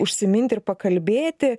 užsiminti ir pakalbėti